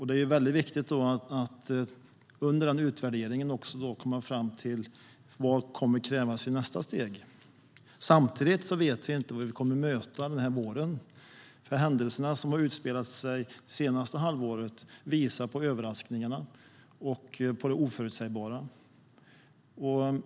Det är då viktigt att under denna utvärdering också komma fram till vad som kommer att krävas i nästa steg. Samtidigt vet vi inte vad vi kommer att möta den här våren. De händelser som har utspelat sig under det senaste halvåret visar på överraskningarna och det oförutsägbara.